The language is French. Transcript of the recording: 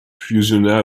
fusionna